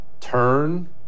Turn